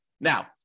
Now